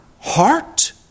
heart